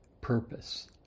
purpose